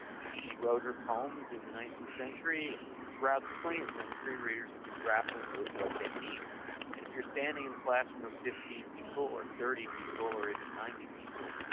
she wrote her poems in the nineteenth century and throughout the twentieth century readers have been grappling with what they mean. and if you're standing in a classroom of fifteen people or thirty people or even ninety people,